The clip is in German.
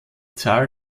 zahl